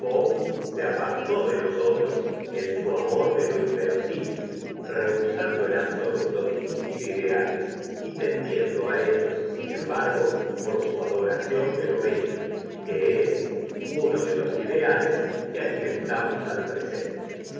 se apartó de nosotros en su amor de lo inverosímil rehusando en absoluto discutir ideales y tendiendo a ellos sin embargo por su adoración de lo bello que es uno de los ideales que alimentamos al presente